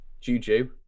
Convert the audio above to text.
juju